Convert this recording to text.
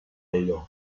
allò